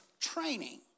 training